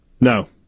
No